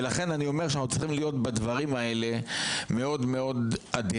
לכן אני אומר שאנחנו צריכים להיות בדברים האלה מאוד מאוד עדינים.